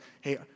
hey